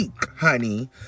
honey